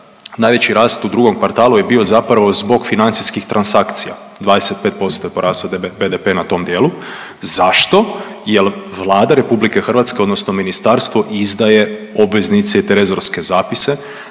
najveći rast u drugom kvartalu je bio zapravo zbog financijskih transakcija. 25% je porastao BDP na tom dijelu. Zašto? Jer Vlada RH odnosno Ministarstvo izdaje obveznice i trezorske zapise